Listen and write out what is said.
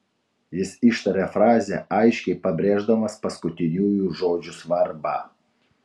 jis ištarė frazę aiškiai pabrėždamas paskutiniųjų žodžių svarbą